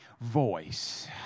voice